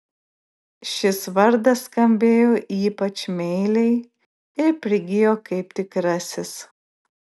šis vardas skambėjo ypač meiliai ir prigijo kaip tikrasis